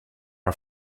our